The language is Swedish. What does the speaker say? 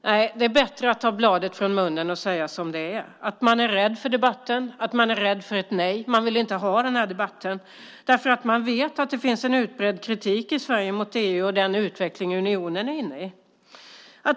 Nej, det är bättre att ta bladet från munnen och säga som det är, att man är rädd för debatten, att man är rädd för ett nej, man vill inte ha den här debatten därför att man vet att det finns en utbredd kritik i Sverige mot EU och den utveckling unionen är inne i.